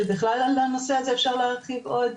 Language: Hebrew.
שבכלל על הנושא הזה אפשר להרחיב עוד,